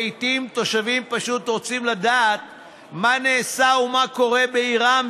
לעיתים תושבים פשוט רוצים לדעת מה נעשה ומה קורה בעירם,